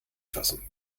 fassen